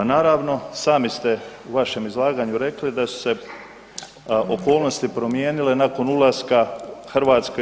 Naravno, sami ste u vašem izlaganju rekli da su se okolnosti promijenile nakon ulaska Hrvatske u EU.